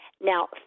Now